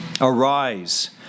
Arise